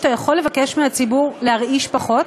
אתה יכול לבקש מהציבור להרעיש פחות?